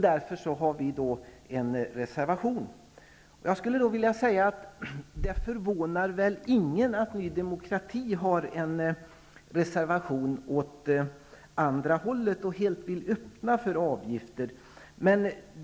Därför har vi en reservation. Det förvånar väl ingen att Ny demokrati har en reservation som går åt andra hållet och helt vill öppna för avgifter.